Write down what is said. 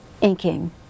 inking